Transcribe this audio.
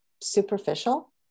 superficial